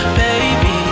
baby